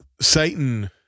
Satan